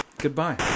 Goodbye